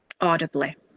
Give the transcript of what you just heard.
audibly